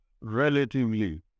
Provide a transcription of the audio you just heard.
relatively